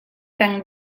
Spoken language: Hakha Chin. peng